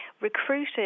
recruited